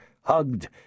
hugged